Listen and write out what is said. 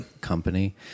company